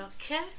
Okay